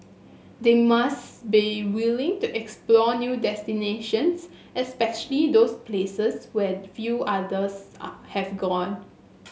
they must be willing to explore new destinations especially those places where few others are have gone